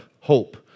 hope